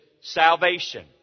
salvation